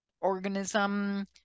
organism